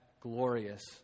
glorious